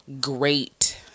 great